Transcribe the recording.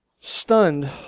stunned